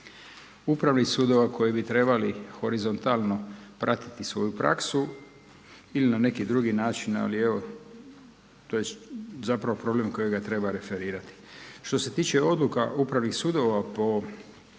upravnih sudova koji bi trebali horizontalno pratiti svoju praksu ili na neki drugi način, ali evo to je zapravo problem kojeg treba referirati. Što se tiče odluka upravnih sudova po upravnim